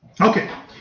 Okay